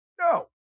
no